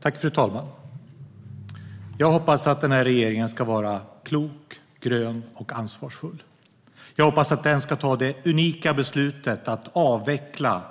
Fru talman! Jag hoppas att den här regeringen ska vara klok, grön och ansvarsfull. Jag hoppas att den ska ta det unika beslutet att avveckla